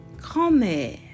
Grand-mère